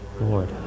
Lord